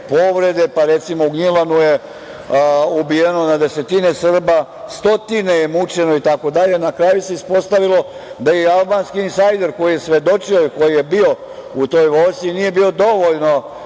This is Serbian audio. povrede, pa recimo u Gnjilanu je ubijeno na desetine Srba, stotine je mučeno itd. Na kraju se ispostavilo da je i albanski insajder koji je svedočio i koji je bio u toj vojsci nije bio dovoljno